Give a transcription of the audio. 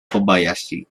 kobayashi